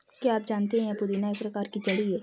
क्या आप जानते है पुदीना एक प्रकार की जड़ी है